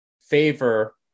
favor